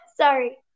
Sorry